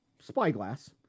spyglass